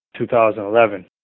2011